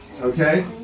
Okay